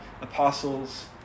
Apostles